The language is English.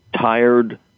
tired